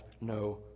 no